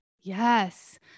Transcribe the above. Yes